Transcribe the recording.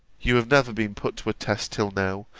you have never been put to a test till now,